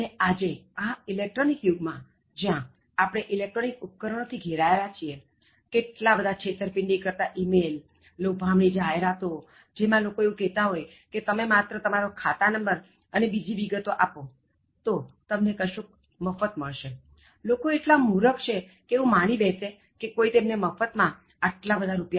અને આજે આ ઇલેક્ટ્રોનિક યુગ માં જ્યાં આપણે ઇલેક્ટ્રોનિક ઉપકરણો થી ઘેરાયેલા છીએ કેટલા બધા છેતરપિંંડી કરતા ઇમેલ લોભામણી જાહેરાતો જેમાં એવું કહેતા હોય કે તમે માત્ર તમારો ખાતા નંબર અને બીજી વિગતો આપો તો તમને કશુંક મફત મળશે લોકો એટલા મૂરખ કે એવું માની બેસે કે કોઇ તેમને મફત માં આટલા બધા રુ